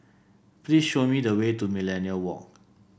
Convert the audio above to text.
please show me the way to Millenia Walk